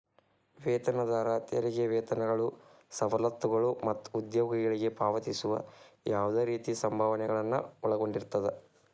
ವೇತನದಾರ ತೆರಿಗೆ ವೇತನಗಳು ಸವಲತ್ತುಗಳು ಮತ್ತ ಉದ್ಯೋಗಿಗಳಿಗೆ ಪಾವತಿಸುವ ಯಾವ್ದ್ ರೇತಿ ಸಂಭಾವನೆಗಳನ್ನ ಒಳಗೊಂಡಿರ್ತದ